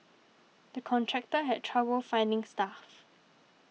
the contractor had trouble finding staff